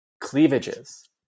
cleavages